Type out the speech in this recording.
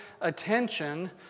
attention